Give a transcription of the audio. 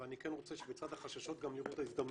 אבל אני כן רוצה שבצד החששות גם לראות את ההזדמנויות,